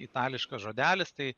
itališkas žodelis tai